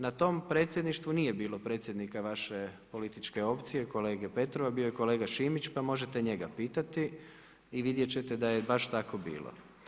Na tom predsjedništvu, nije bilo predsjednika vaše političke opcije, kolege Petrova, bio je kolega Šimić pa možete njega pitati i vidjeti ćete da je baš tako bilo.